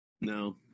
No